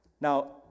Now